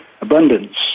abundance